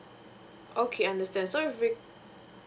okay understand so if we